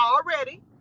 already